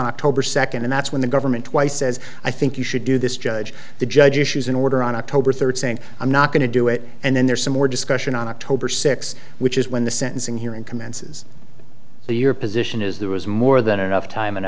october second and that's when the government twice as i think you should do this judge the judge issues an order on october third saying i'm not going to do it and then there's some more discussion on october sixth which is when the sentencing hearing commences the your position is there was more than enough time an